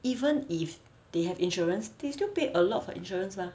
even if they have insurance they still pay a lot for insurance mah